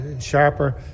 sharper